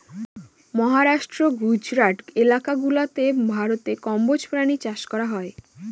মহারাষ্ট্র, গুজরাট এলাকা গুলাতে ভারতে কম্বোজ প্রাণী চাষ করা হয়